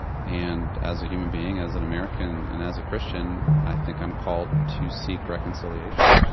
and as a human being, as an american, and as a christian, i think i'm called to seek reconciliation.